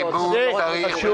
זה חשוב מאוד.